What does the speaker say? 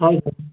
हजुर